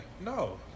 No